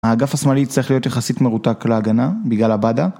האגף השמאלי צריך להיות יחסית מרותק להגנה בגלל עבדה